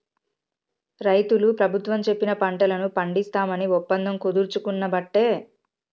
రైతులు ప్రభుత్వం చెప్పిన పంటలను పండిస్తాం అని ఒప్పందం కుదుర్చుకునబట్టే